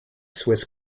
swiss